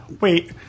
Wait